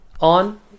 On